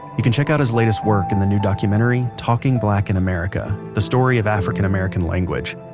you can check out his latest work in the new documentary, talking black in america the story of african-american language.